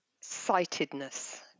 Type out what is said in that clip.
sightedness